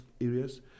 areas